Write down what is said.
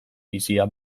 bizia